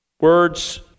Words